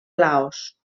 laos